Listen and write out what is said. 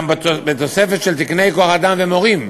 בתוספת של תקני כוח-אדם ומורים.